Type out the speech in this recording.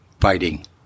fighting